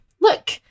look